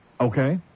Okay